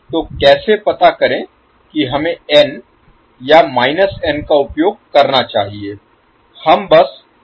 तो कैसे पता करें कि हमें n या n का उपयोग करना चाहिए